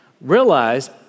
realize